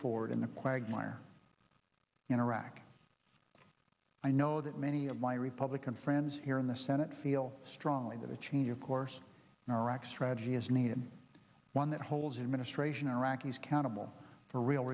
forward in a quagmire in iraq i know that many of my republican friends here in the senate feel strongly that a change of course in iraq strategy is needed one that holds administration iraqis countable for real